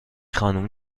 خانم